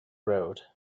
road